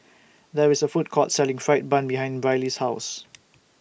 There IS A Food Court Selling Fried Bun behind Brylee's House